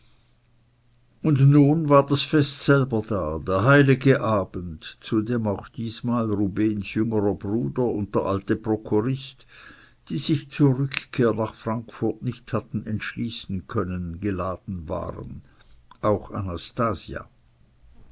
und nun war das fest selber da der heilige abend zu dem auch diesmal rubehns jüngerer bruder und der alte prokurist die sich zur rückkehr nach frankfurt nicht hatten entschließen können geladen waren auch anastasia